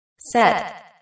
Set